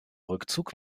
rückzug